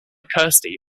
kirsty